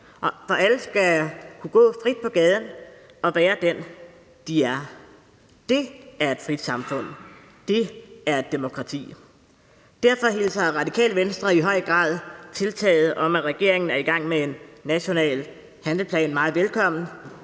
og alle skal kunne gå frit på gaden og være dem, de er. Det er et frit samfund. Det er et demokrati. Derfor hilser Radikale Venstre det i høj grad velkommen, at regeringen er i gang med en national handlingsplan.